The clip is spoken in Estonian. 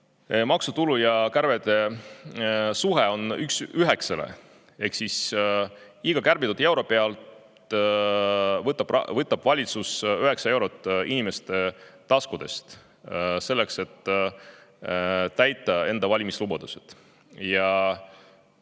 maksutulu ja kärbete suhe on 1 : 9. Iga kärbitud euro pealt võtab valitsus 9 eurot inimeste taskutest, selleks et täita oma valimislubadused.